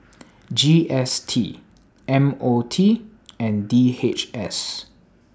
G S T M O T and D H S